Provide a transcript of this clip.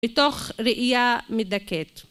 בתוך ראייה מדכאת.